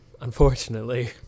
unfortunately